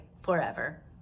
forever